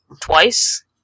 twice